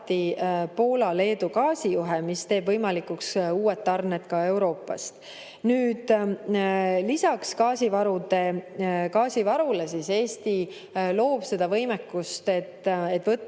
Poola–Leedu gaasijuhe, mis teeb võimalikuks uued tarned ka Euroopast. Nüüd, lisaks gaasivarule Eesti loob seda võimekust, et võtta